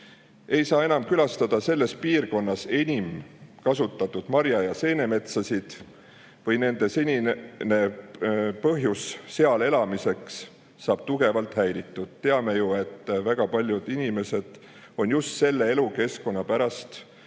ei saa enam külastada selles piirkonnas enim kasutatud marja‑ ja seenemetsasid või nende senine põhjus seal elamiseks saab tugevalt häiritud. Teame ju, et väga paljud inimesed on just selle elukeskkonna pärast